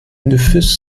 nüfus